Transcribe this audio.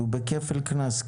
כרגע הוא בכפל קנס.